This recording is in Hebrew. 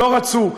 לא רצו,